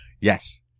Yes